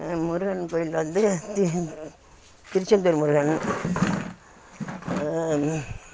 முருகன் கோவில் வந்து தி திருச்செந்தூர் முருகன்